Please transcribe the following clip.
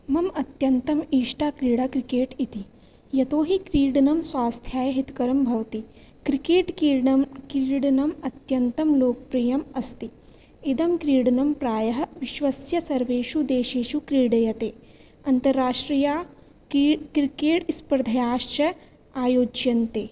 मम अत्यन्तम् इष्टा क्रीडा क्रिकेट् इति यतोऽहि क्रीडनं स्वास्थ्याय हितकरं भवति क्रिकेट्क्रीडं क्रीडनम् अत्यन्तं लोकप्रियमस्ति इदं क्रीडनं प्रायः विश्वस्य सर्वेषु देशेषु क्रीड्यते अन्ताराष्ट्रिया क्री क्रिकेट्स्पर्धाश्च आयोज्यन्ते